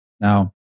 Now